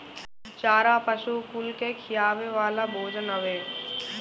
चारा पशु कुल के खियावे वाला भोजन हवे